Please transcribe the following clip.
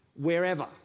wherever